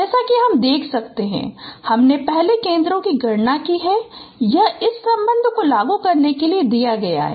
जैसा कि हम देख सकते हैं कि हमने पहले केंद्रों की गणना की है यह इस संबंध को लागू करके दिया गया है